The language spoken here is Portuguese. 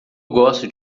gosto